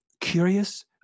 curious